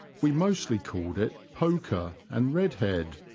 we mostly called it poker and redhead,